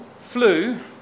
flew